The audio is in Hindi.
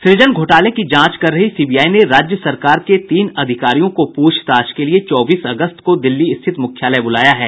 सूजन घोटाले की जांच कर रही सीबीआई ने राज्य सरकार के तीन अधिकारियों को प्रछताछ के लिए चौबीस अगस्त को दिल्ली स्थित मुख्यालय बुलाया है